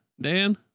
Dan